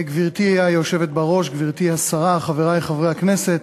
גברתי היושבת בראש, גברתי השרה, חברי חברי הכנסת,